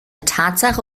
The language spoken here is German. tatsache